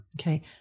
Okay